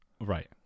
Right